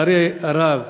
לצערי הרב,